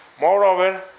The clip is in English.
Moreover